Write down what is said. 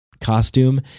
costume